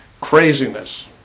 craziness